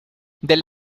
del